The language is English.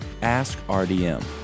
AskRDM